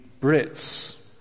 Brits